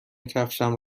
کفشم